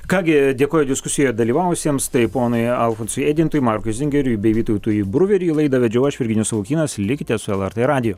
ką gi dėkoju diskusijoje dalyvavusiems tai ponui alfonsui eidintui markui zingeriui bei vytautui bruveriui laidą vedžiau aš virginijus savukynas likite su lrt radiju